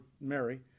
Mary